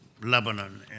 Lebanon